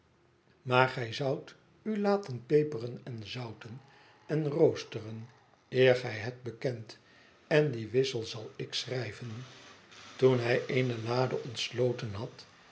maar gij zoudt u laten peperen en zouten en roosteren eer gij het bekendet en dien wissel zal ik schrijven toen hij eene lade ontsloten had